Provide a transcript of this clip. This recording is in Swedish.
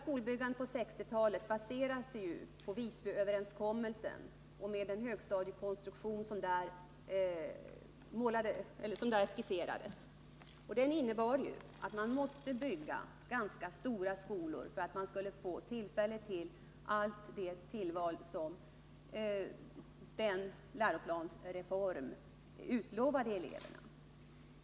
Skolbyggnadsverksamheten under hela 1960 talet baserade sig på den högstadiekonstruktion som skisserades i Visbyöverenskommelsen. Den innebar att man måste bygga ganska stora skolor, för att ge möjligheter till alla de tillval som den då gällande läroplanen utlovade eleverna.